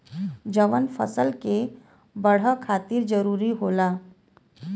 जवन फसल क बड़े खातिर जरूरी होला